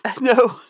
No